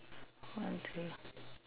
okay